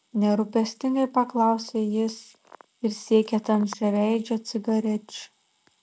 nerūpestingai paklausė jis ir siekė tamsiaveidžio cigarečių